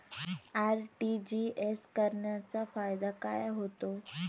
RTGS करण्याचा फायदा काय होतो?